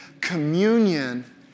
Communion